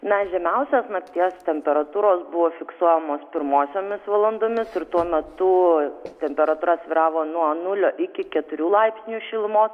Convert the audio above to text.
na žemiausia nakties temperatūros buvo fiksuojamos pirmosiomis valandomis ir tuo metu temperatūra svyravo nuo nulio iki keturių laipsnių šilumos